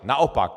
Naopak.